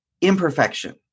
imperfection